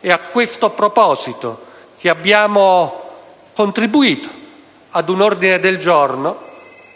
È a questo proposito che abbiamo contribuito ad un ordine del giorno